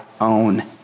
own